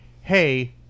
hey